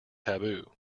taboo